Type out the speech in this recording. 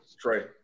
Trey